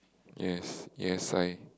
yes yes I